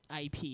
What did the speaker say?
IP